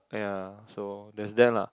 yeah so there's that lah